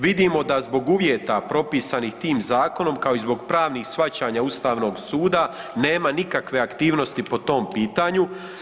Vidimo da zbog uvjeta propisanih tim zakonom kao i zbog pravnih shvaćanja Ustavnog suda nema nikakve aktivnosti po tom pitanju.